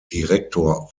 direktor